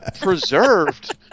preserved